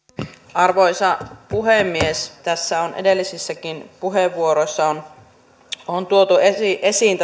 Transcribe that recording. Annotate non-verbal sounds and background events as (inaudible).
arvoisa puhemies tässä on edellisissäkin puheenvuoroissa tuotu esiin (unintelligible)